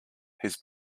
his